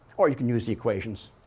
or you can use the equations,